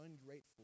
ungrateful